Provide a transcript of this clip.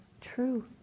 true